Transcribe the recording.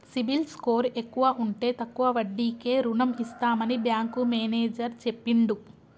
CIBIL score ఎక్కువ ఉంటే తక్కువ వడ్డీకే రుణం ఇస్తామని బ్యాంకు మేనేజర్ చెప్పిండు